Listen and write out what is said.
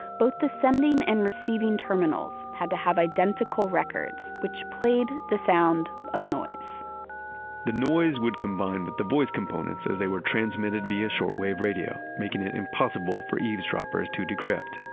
both the sending and receiving terminals had to have identical records which played the sound of noise the noise would combine with but the voice components as they were transmitted via short wave radio, making it impossible for eavesdroppers to decrypt.